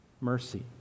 mercy